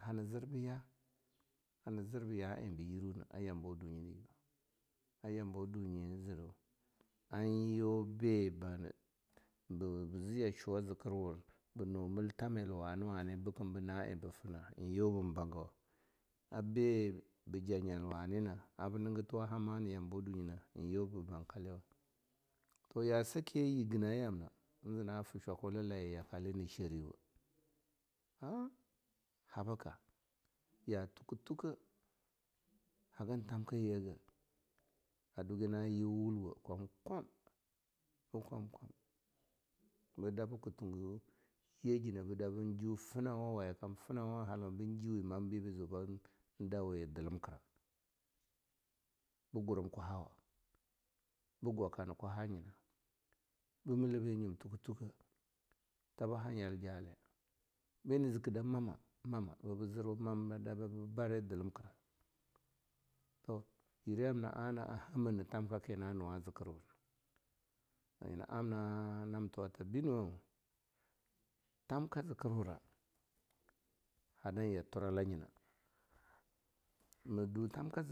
Hana zirbiya? hana zirba ya eh ba yirwuna a yambawa dunji yuwah, a yamabawa dunyi en zedu an yiu bidah zi yushuwa zikirwur, bah nuh miltamila wani-wani bkem bi na eh ba finah, an yiu bin bangau, a biba jah-nyal wani na, a bi niga tuwa hama na yambawa dunyi eh yiu bah bakalwa. Toh ya sakiye, yiginai jamna en zinah fah shwakulayi yakale na shariwoh, eh! bahaka! ya tukeh-tukeh, hagan tamkah yegeh, a dugi na yiu walwo kom-kom, bih kom-kom da bken tunge yagineh da ben duh finnu waye, kam finawa haloun ben jiuwi mam beh zu ban daw dlimkira bih gurum kwahawa bih gwaka hana kwaha nyina, bin milleh bih nyum tuke-tukeh ta bih ha nyal-jale, binah ziki da matmah, mamah, bibih zirwa da mam bibi bari dilimkira. Toh yireh yamna ana a hamah na tamka ki na nuwa zikirwura, nyina amna nam tuwa tah binuwoh, tamka zikirwura hadan ya turala nyin, mah du tamka